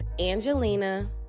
Angelina